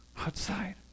outside